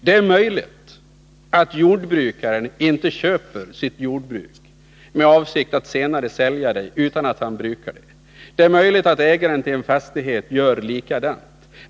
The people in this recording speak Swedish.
Det är möjligt att jordbrukaren inte köper sitt jordbruk med avsikt att senare sälja det utan för att bruka det. Det är möjligt att ägaren av en fastighet gör likadant.